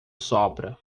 sopra